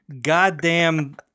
goddamn